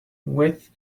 with